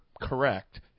correct